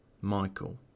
Michael